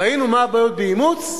ראינו מה הבעיות באימוץ,